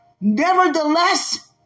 nevertheless